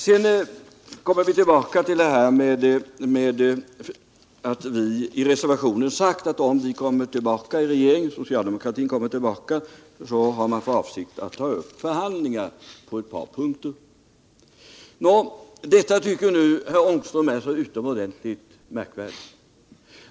Sedan kommer jag tillbaka till att vi i reservationen sagt att om socialdemokraterna återkommer i regeringsställning har vi för avsikt att ta upp förhandlingar på ett par punkter. Detta tycker herr Ångström är utomordentligt märkvärdigt.